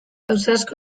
ausazko